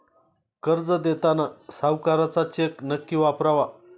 कर्ज देताना सावकाराचा चेक नक्की वापरावा